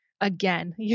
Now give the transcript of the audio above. again